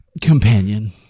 companion